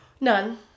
None